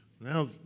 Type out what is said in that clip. now